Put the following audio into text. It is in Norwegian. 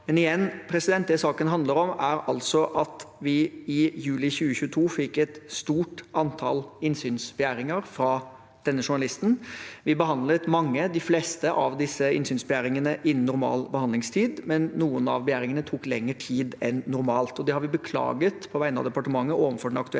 Men igjen, det saken handler om, er altså at vi i juli 2022 fikk et stort antall innsynsbegjæringer fra denne journalisten. Vi behandlet mange – de fleste – av disse innsynsbegjæringene innen normal behandlingstid, men noen av begjæringene tok lengre tid enn normalt, og det har vi på vegne av departementet beklaget overfor den aktuelle